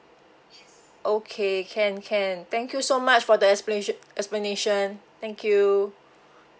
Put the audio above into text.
oh okay can can thank you so much for the explanation explanation thank you